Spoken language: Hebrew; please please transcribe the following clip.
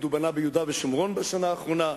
הוא בנה ביהודה ושומרון בשנה האחרונה,